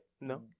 No